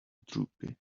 droopy